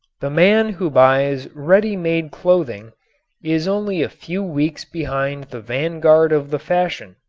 the man who buys ready-made clothing is only a few weeks behind the vanguard of the fashion.